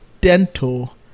Dental